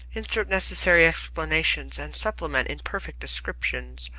insert necessary explanations, and supplement imperfect descriptions,